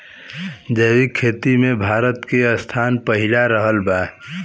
जैविक खेती मे भारत के स्थान पहिला रहल बा